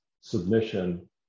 submission